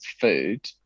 food